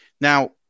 Now